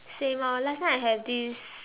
same orh last time I have this